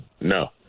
No